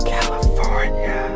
California